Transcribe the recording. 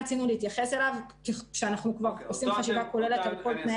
רצינו להתייחס אליו כשאנחנו כבר עושים ישיבה כוללת על כל תנאי